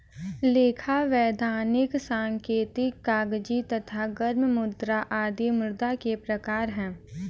लेखा, वैधानिक, सांकेतिक, कागजी तथा गर्म मुद्रा आदि मुद्रा के प्रकार हैं